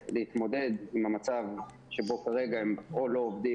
להתמודד עם המצב שבו כרגע הם או לא עובדים,